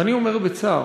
ואני אומר בצער,